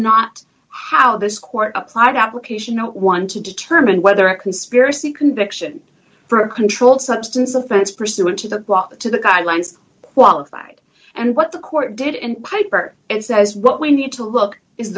not how this court applied application one to determine whether a conspiracy conviction for a controlled substance offense pursuant to the law to the guidelines qualified and what the court did in hyper it says what we need to look is